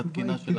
המשמעות היא שזה